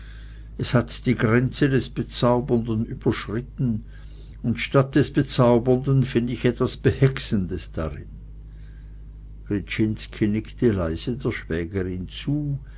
es hat die grenze des bezaubernden überschritten und statt des bezaubernden find ich etwas behexendes darin gryczinski nickte leise der schwägerin zu